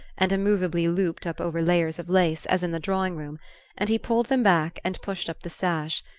and immovably looped up over layers of lace, as in the drawing-room and he pulled them back and pushed up the sash,